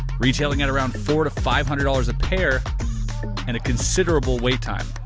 retailing at around four to five hundred dollars a pair and a considerable wait time.